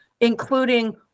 including